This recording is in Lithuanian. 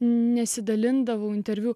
nesidalindavau interviu